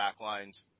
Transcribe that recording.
backlines